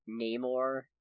Namor